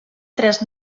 tres